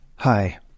Hi